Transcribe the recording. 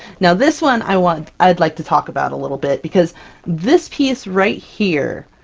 now this one, i want i'd like to talk about a little bit, because this piece right here,